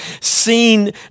seen